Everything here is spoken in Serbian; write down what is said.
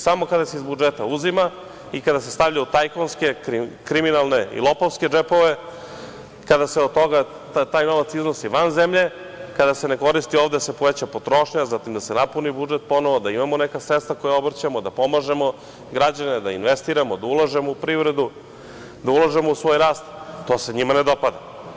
Samo kada se iz budžeta uzima i kada se stavlja u tajkunske, kriminalne i lopovske džepove, kada se taj novac iznosi van zemlje, kada se ne koristi ovde da se poveća potrošnja, da se napuni budžet ponovo, da imamo neka sredstva koja obrćemo, da pomažemo građane, da investiramo, da ulažemo u privredu, da ulažemo u svoj rast, to se njima ne dopada.